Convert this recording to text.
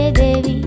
baby